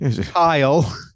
Kyle